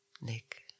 Nick